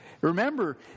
Remember